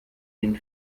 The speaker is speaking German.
den